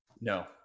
no